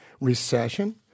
Recession